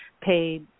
pay